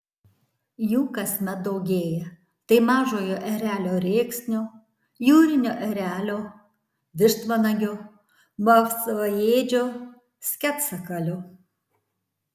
jų kasmet daugėja tai mažojo erelio rėksnio jūrinio erelio vištvanagio vapsvaėdžio sketsakalio